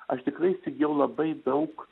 aš tikrai įsigijau labai daug